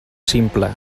simple